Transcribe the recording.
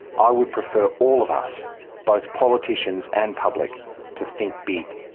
i would prefer all of us both politicians and public to think big.